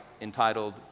entitled